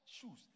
shoes